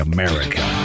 America